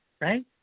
Right